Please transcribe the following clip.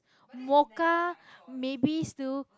mocha maybe still